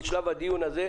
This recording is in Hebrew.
בזמן הדיון הזה,